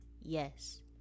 Yes